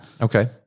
Okay